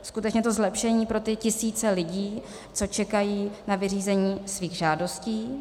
Skutečně to zlepšení pro tisíce lidí, co čekají na vyřízení svých žádostí.